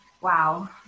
Wow